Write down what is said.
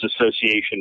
Association